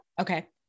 Okay